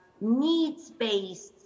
needs-based